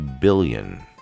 billion